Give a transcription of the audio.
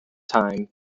time